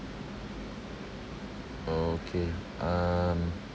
okay um